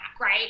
right